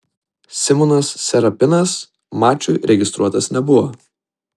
simonas serapinas mačui registruotas nebuvo